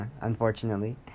unfortunately